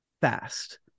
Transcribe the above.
fast